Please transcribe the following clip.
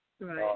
right